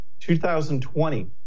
2020